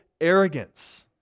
arrogance